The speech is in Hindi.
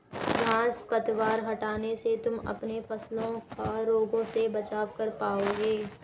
घांस पतवार हटाने से तुम अपने फसलों का रोगों से बचाव कर पाओगे